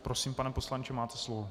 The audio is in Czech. Prosím, pane poslanče, máte slovo.